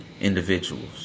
individuals